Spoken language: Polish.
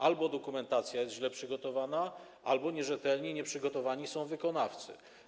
Albo dokumentacja jest źle przygotowana, albo są nierzetelni, nieprzygotowani wykonawcy.